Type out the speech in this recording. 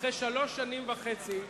אחרי שלוש שנים וחצי,